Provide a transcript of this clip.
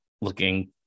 looking